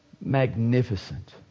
magnificent